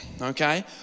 okay